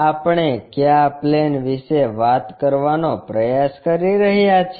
આપણે કયા પ્લેન વિશે વાત કરવાનો પ્રયાસ કરી રહ્યા છીએ